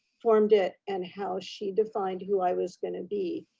formed it, and how she defined who i was gonna be,